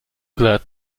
glad